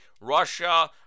russia